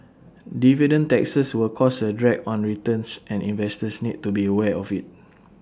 dividend taxes will cause A drag on returns and investors need to be aware of IT